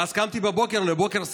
ואז קמתי בבוקר לבוקר שמח,